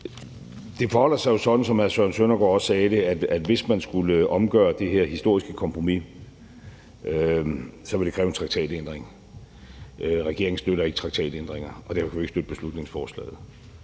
Det forholder sig jo også sådan, som hr. Søren Søndergaard også sagde det, at det, hvis man skulle omgøre det her historiske kompromis, så ville kræve en traktatændring, og regeringen støtter ikke traktatændringer, og derfor kan vi ikke støtte beslutningsforslaget.